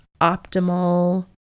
optimal